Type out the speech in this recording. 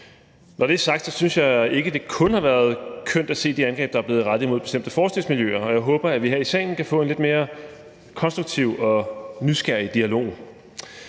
Når det er sagt, synes jeg ikke, at det kun har været kønt at se de angreb, der er blevet rettet imod bestemte forskningsmiljøer, og jeg håber, at vi her i salen kan få en lidt mere konstruktiv og nysgerrig dialog.